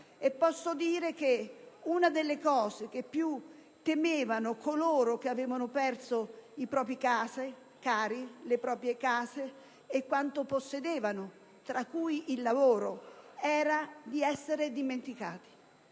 Posso dire che una delle cose che più temevano coloro che avevano perso i propri cari, le proprie case e quanto possedevano, tra cui il lavoro, era di essere dimenticati.